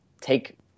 take